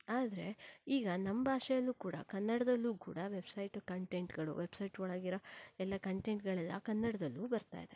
ಆದರೆ ಈಗ ನಮ್ಮ ಭಾಷೆಯಲ್ಲೂ ಕೂಡ ಕನ್ನಡದಲ್ಲೂ ಕೂಡ ವೆಬ್ಸೈಟ್ ಕಂಟೆಂಟ್ಗಳು ವೆಬ್ಸೈಟ್ ಒಳಗಿರೋ ಎಲ್ಲ ಕಂಟೆಂಟ್ಗಳೆಲ್ಲ ಕನ್ನಡದಲ್ಲೂ ಬರ್ತಾ ಇದೆ